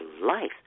Life